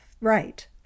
Right